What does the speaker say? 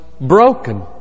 broken